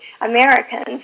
Americans